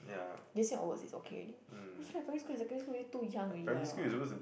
J_C onwards is okay already I feel like primary school and secondary school really too young already ah !wah!